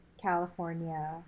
California